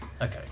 Okay